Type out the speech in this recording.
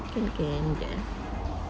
can can jap eh